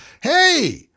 Hey